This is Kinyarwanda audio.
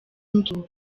nduru